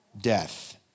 death